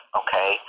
okay